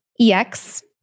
EX